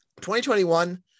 2021